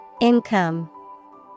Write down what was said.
Income